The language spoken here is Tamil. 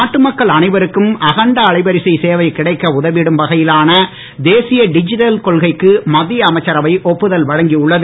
நாட்டு மக்கள் அனைவருக்கும் அகண்ட அலைவரிசை சேவைக் கிடைக்க உதவிடும் வகையிலான தேசிய டிஜிட்டல் கொள்கைக்கு மத்திய அமைச்சரவை ஒப்புதல் வழங்கியுள்ளது